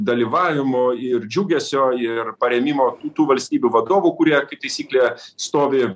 dalyvavimo ir džiugesio ir parėmimo tų valstybių vadovų kurie kaip taisyklė stovi